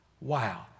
Wow